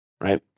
right